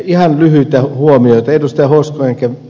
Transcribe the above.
ihan lyhyitä huomioita